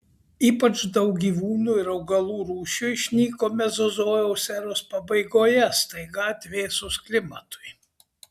ypač daug gyvūnų ir augalų rūšių išnyko mezozojaus eros pabaigoje staiga atvėsus klimatui